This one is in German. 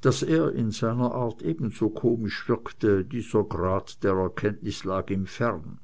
daß er in seiner art ebenso komisch wirkte dieser grad der erkenntnis lag ihm fern